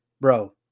Bro